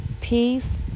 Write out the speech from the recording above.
Peace